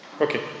Okay